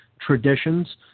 traditions